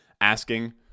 asking